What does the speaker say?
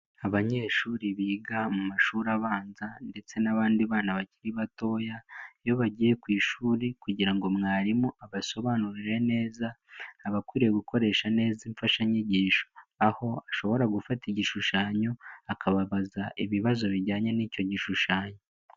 Abanyeshuri biga mu mashuri abanza ndetse n'abandi bana bakiri batoya, iyo bagiye ku ishuri kugira ngo mwarimu abasobanurire neza, abakwiye gukoresha neza imfashanyigisho, aho ashobora gufata igishushanyo akababaza ibibazo bijyanye n'icyo gishushanyo.